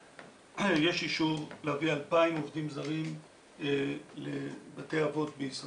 יש אישור להביא 2,000 עובדים זרים לבתי אבות בישראל.